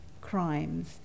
crimes